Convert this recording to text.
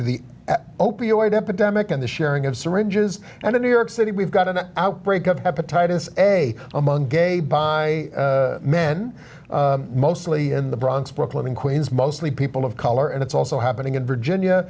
to the opioid epidemic in the sharing of syringes and in new york city we've got an outbreak of hepatitis a among gay bi men mostly in the bronx brooklyn queens mostly people of color and it's also happening in virginia